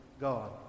God